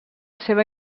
seva